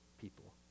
people